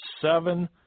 seven